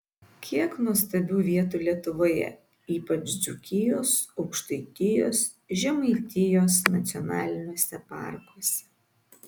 kiek nuostabių vietų lietuvoje ypač dzūkijos aukštaitijos žemaitijos nacionaliniuose parkuose